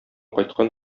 кайткан